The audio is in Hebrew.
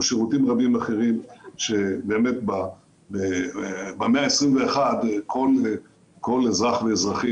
או שירותים רבים אחרים שבאמת במאה ה-21 כל אזרח ואזרחית